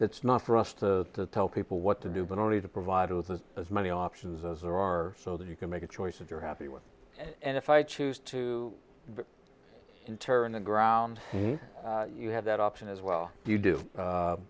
it's not for us to tell people what to do but only to provide you with it as many options as there are so that you can make a choice if you're happy with it and if i choose to turn the ground you have that option as well you do